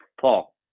Paul